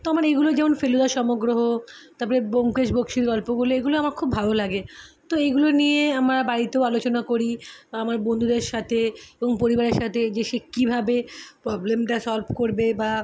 তো আমার এগুলো যেমন ফেলুদা সমগ্রহ তারপরে ব্যোমকেশ বক্সীর গল্পগুলো এগুলো আমার খুব ভালো লাগে তো এগুলো নিয়ে আমরা বাড়িতেও আলোচনা করি বা আমার বন্ধুদের সাথে এবং পরিবারের সাথে যে সে কীভাবে প্রবলেমটা সলভ করবে বা